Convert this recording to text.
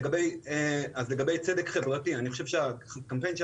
לגבי צדק חברתי אני חושב שהקמפיין של